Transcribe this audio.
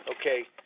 okay